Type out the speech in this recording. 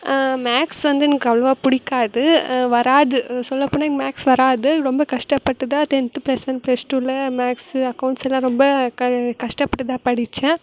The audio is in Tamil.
மேக்ஸ் வந்து எனக்கு அவ்வளோவா பிடிக்காது வராது சொல்லப்போனால் எனக்கு மேக்ஸ் வராது ரொம்ப கஷ்டப்பட்டு தான் டென்த்து ப்ளஸ் ஒன் ப்ளஷ் டூவில் மேக்ஸு அக்கௌண்ட்ஸுலாம் ரொம்ப க கஷ்டப்பட்டு தான் படித்தேன்